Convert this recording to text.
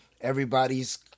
everybody's